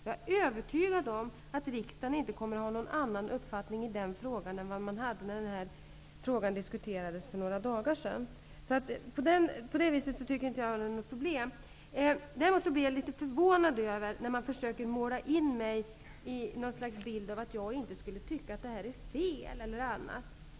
Jag är övertygad om att riksdagen inte kommer att ha någon annan uppfattning i den frågan än vad man hade när frågan diskuterades för några dagar sedan. På det viset tycker jag alltså inte att det är något problem. Jag blir däremot litet förvånad över att man här försöker antyda att jag inte skulle tycka att detta är fel.